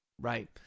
Right